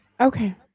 okay